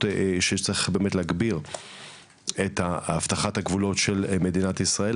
שצריך באמת להגביר את האבטחה בגבולות של מדינת ישראל.